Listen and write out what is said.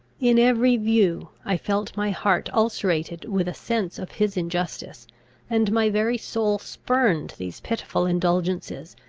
in every view i felt my heart ulcerated with a sense of his injustice and my very soul spurned these pitiful indulgences,